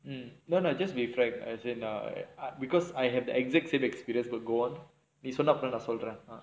mm no lah just be frank as in err because I had the exact same experience but go on